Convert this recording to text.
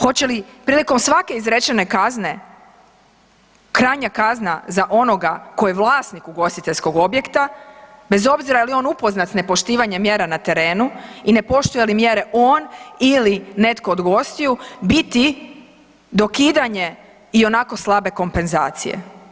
Hoće li prilikom svake izrečene kazne krajnja kazna za onoga tko je vlasnik ugostiteljskog objekta bez obzira je li on upoznat s nepoštivanjem mjera na terenu i ne poštuje li mjere on ili netko od gostiju, biti dokidanje ionako slabe kompenzacije?